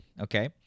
Okay